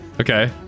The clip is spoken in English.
Okay